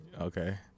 Okay